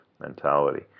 mentality